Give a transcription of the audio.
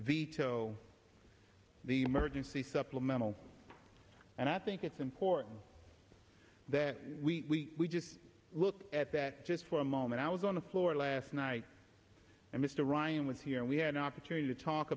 veto the emergency supplemental and i think it's important that we just look at that just for a moment i was on the floor last night and mr ryan was here and we had an opportunity to talk